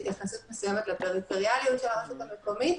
התייחסות מסוימת לפריפריאליות של הרשות המקומית,